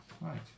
right